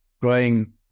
growing